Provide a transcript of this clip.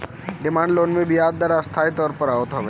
demand loan मे बियाज दर अस्थाई तौर पअ होत हवे